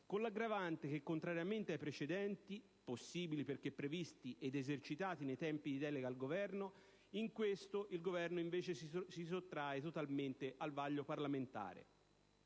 con l'aggravante che contrariamente ai precedenti, possibili perché previsti ed esercitati nei tempi di delega al Governo, il Governo si sottrae totalmente al vaglio parlamentare.